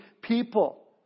people